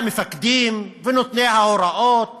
והמפקדים ונותני ההוראות